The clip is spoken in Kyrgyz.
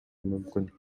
мүмкүн